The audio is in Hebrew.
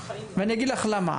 ואגיד לך למה,